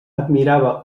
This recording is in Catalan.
admirava